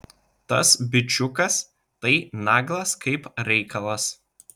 tas bičiukas tai naglas kaip reikalas